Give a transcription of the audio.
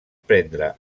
prendre